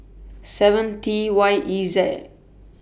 seven T Y E Z